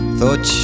Thought